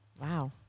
Wow